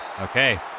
Okay